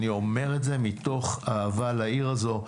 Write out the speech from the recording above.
אני אומר את זה מתוך אהבה לעיר הזו,